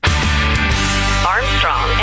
Armstrong